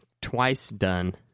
twice-done